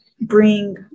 bring